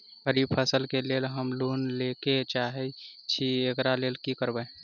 खरीफ फसल केँ लेल हम लोन लैके चाहै छी एकरा लेल की करबै?